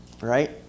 right